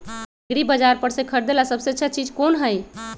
एग्रिबाजार पर से खरीदे ला सबसे अच्छा चीज कोन हई?